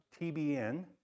TBN